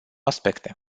aspecte